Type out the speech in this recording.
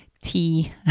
tea